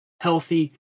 healthy